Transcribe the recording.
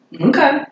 Okay